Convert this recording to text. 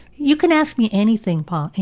you can ask me anything paul.